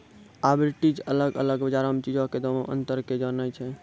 arbitrage अलग अलग बजारो मे चीजो के दामो मे अंतरो के जाननाय छै